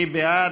מי בעד?